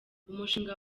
umushinga